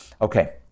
Okay